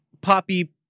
poppy